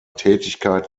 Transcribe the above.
tätigkeit